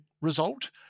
result